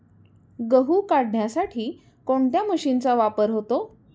गहू काढण्यासाठी कोणत्या मशीनचा वापर होतो?